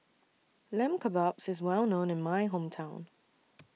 Lamb Kebabs IS Well known in My Hometown